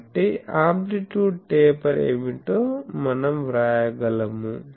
కాబట్టి amplitude taper ఏమిటో మనం వ్రాయగలము